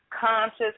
Conscious